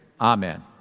Amen